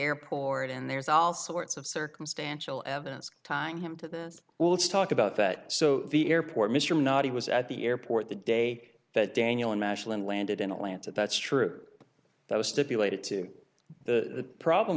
airport and there's all sorts of circumstantial evidence tying him to the well let's talk about that so the airport mr i'm not he was at the airport the day that daniel and national and landed in atlanta that's true that was stipulated to the problem